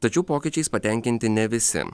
tačiau pokyčiais patenkinti ne visi